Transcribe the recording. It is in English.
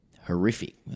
Horrific